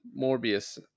Morbius